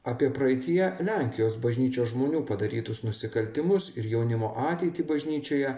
apie praeityje lenkijos bažnyčios žmonių padarytus nusikaltimus ir jaunimo ateitį bažnyčioje